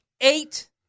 Eight